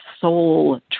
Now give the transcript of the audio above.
soul